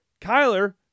Kyler